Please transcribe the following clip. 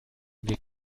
wir